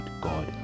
God